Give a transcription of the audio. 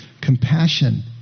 Compassion